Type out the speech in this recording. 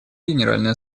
генеральной